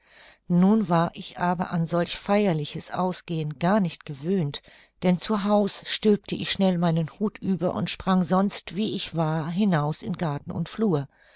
nun war ich aber an solch feierliches ausgehen gar nicht gewöhnt denn zu haus stülpte ich schnell meinen hut über und sprang sonst wie ich war hinaus in garten und flur